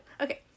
Okay